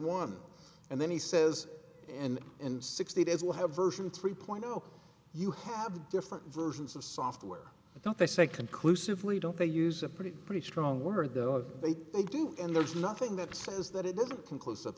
one and then he says and in sixty days we'll have version three point zero you have different versions of software it's not they say conclusively don't they use a pretty pretty strong word that they think do and there's nothing that says that it doesn't conclusive